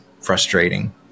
frustrating